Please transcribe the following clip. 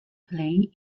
play